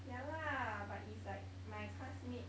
ya lah but it's like my classmate